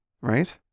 right